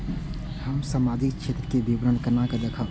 हम सामाजिक क्षेत्र के विवरण केना देखब?